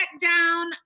down